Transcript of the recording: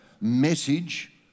message